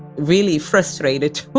really frustrated